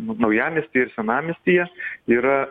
naujamiestyje ir senamiestyje yra